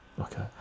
okay